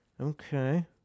Okay